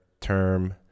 term